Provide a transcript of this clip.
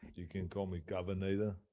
you can call me governator,